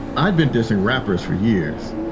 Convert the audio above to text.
i'd been dissing rappers for years.